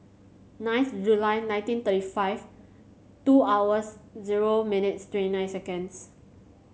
ninth July nineteen thirty five two hours zero minutes twenty nine seconds